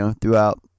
throughout